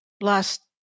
last